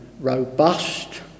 robust